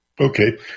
Okay